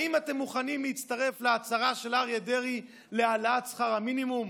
האם אתם מוכנים להצטרף להצהרה של אריה דרעי להעלאת שכר המינימום?